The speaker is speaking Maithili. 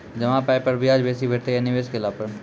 जमा पाय पर ब्याज बेसी भेटतै या निवेश केला पर?